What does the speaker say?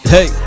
Hey